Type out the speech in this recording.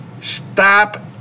stop